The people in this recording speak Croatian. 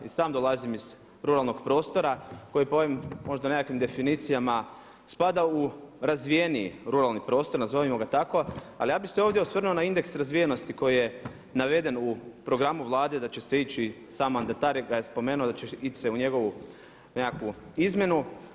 I sam dolazim iz ruralnog prostora koji po ovim možda nekim definicijama spada u razvijeniji ruralni prostor, nazovimo ga tako, ali ja bih se ovdje osvrnuo na indeks razvijenosti koji je naveden u programu Vlade da će se ići, sam mandatar ga je spomenuo da će se ići u njegovu nekakvu izmjenu.